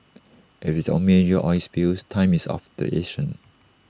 as with only major oil spills time is of the